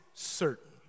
Certain